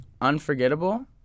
Unforgettable